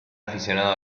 aficionado